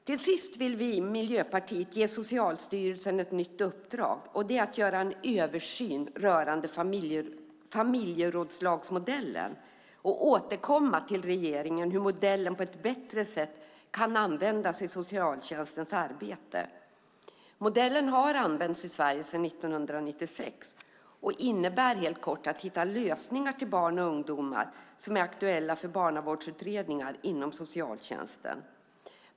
Till sist vill vi i Miljöpartiet ge Socialstyrelsen ett nytt uppdrag att göra en översyn rörande familjerådslagsmodellen och återkomma till regeringen om hur modellen på ett bättre sätt kan användas i socialtjänstens arbete. Modellen har använts i Sverige sedan 1996 och innebär kortfattat att man ska hitta lösningar för barn och ungdomar som är aktuella för barnavårdsutredningar inom socialtjänsten.